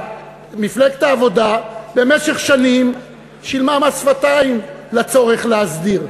מפלגת העבודה במשך שנים שילמה מס שפתיים לצורך להסדיר.